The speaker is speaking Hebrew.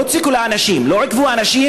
ולא הציקו לאנשים ולא עיכבו אנשים,